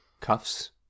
cuffs